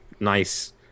Nice